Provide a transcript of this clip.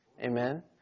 Amen